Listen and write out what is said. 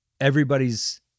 Everybody's